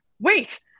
wait